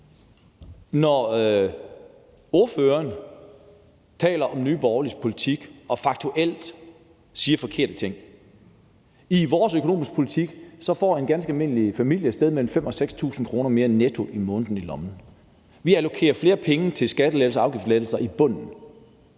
det. Spørgeren taler om Nye Borgerliges politik og siger faktuelt forkerte ting. I vores økonomiske politik får en ganske almindelig familie et sted mellem 5.000 kr. og 6.000 kr. mere netto om måneden i lommen. Vi allokerer flere penge til skattelettelser og afgiftslettelser i bunden.